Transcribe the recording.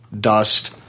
dust